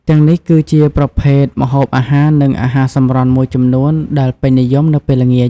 ទាំងនេះគឺជាប្រភេទម្ហូបអាហារ និងអាហារសម្រន់មួយចំនួនដែលពេញនិយមនៅពេលល្ងាច ។